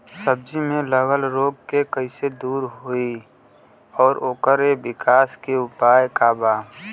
सब्जी में लगल रोग के कइसे दूर होयी और ओकरे विकास के उपाय का बा?